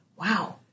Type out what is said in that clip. Wow